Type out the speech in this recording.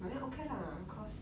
but then okay lah cause